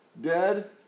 Dead